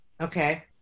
Okay